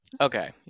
okay